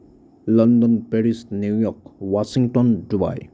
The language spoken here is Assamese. London Paris New York Washington Dubai